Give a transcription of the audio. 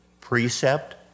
precept